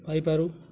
ପାଇପାରୁ